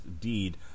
deed